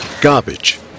garbage